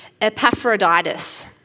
Epaphroditus